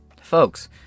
Folks